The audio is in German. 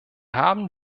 haben